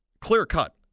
clear-cut